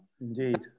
Indeed